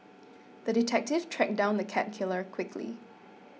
the detective tracked down the cat killer quickly